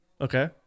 Okay